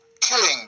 killing